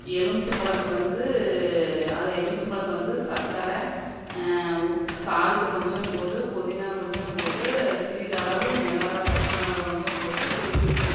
எலுமிச்சம்பழத்தை வந்து அதை எலுமிச்சம்பழத்தில் வந்து சக்கரை உப்பு சால்ட்டு கொஞ்சம் போட்டு புதினா கொஞ்சம் போட்டு சிறிதளவு மிளகா பச்சமிளகா கொஞ்சம் போட்டு குலுக்கி விட்டு